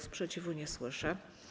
Sprzeciwu nie słyszę.